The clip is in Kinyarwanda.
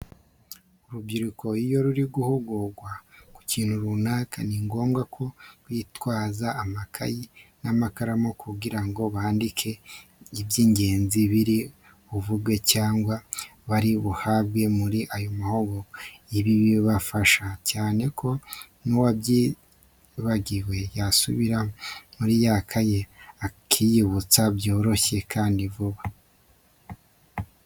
Urubyiruko iyo ruri guhugurwa ku kintu runaka, ni ngombwa ko rwitwaza amakayi n'amakaramu kugira ngo bandikemo iby'ingenzi biri buvugirwe cyangwa bari buhabwe muri ayo mahugurwa. Ibi birabafasha cyane kuko n'uwabyibagirwa yasubira muri ya kaye akiyibutsa byoroshye kandi vuba.